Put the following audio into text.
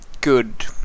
good